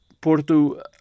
Porto